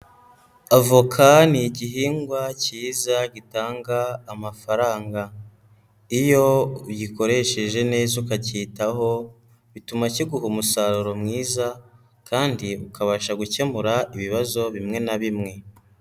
Avoka ni igihingwa kiza gitanga amafaranga, iyo uyikoresheje neza ukakitaho bituma kiguha umusaruro mwiza kandi ukabasha gukemura ibibazo bimwe na bimwe.